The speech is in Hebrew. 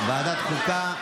ועדת חוקה.